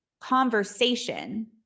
conversation